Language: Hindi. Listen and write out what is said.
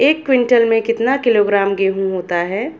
एक क्विंटल में कितना किलोग्राम गेहूँ होता है?